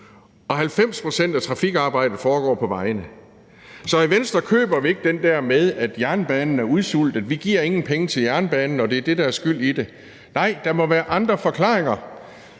Og 90 pct. af trafikarbejdet foregår på vejene. Så i Venstre køber vi ikke den der med, at jernbanen er udsultet, og at vi ikke giver nogen penge til jernbanen, og at det er det, der er skyld i det. Nej, der må være andre forklaringer,